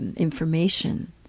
and information